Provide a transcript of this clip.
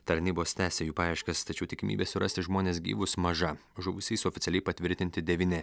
tarnybos tęsia jų paieškas tačiau tikimybė surasti žmones gyvus maža žuvusiais oficialiai patvirtinti devyni